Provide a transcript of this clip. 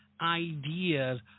ideas